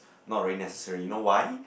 not really necessary you know why